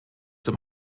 zum